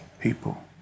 people